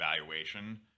evaluation